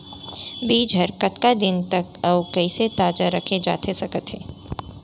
बीज ह कतका दिन तक अऊ कइसे ताजा रखे जाथे सकत हे?